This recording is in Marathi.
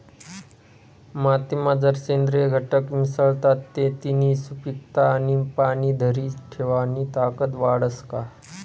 मातीमा जर सेंद्रिय घटक मिसळतात ते तिनी सुपीकता आणि पाणी धरी ठेवानी ताकद वाढस का?